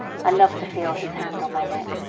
i loved to feel his hand on my neck,